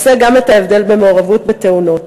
עושה גם את ההבדל במעורבות בתאונות.